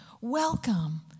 Welcome